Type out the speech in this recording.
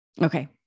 Okay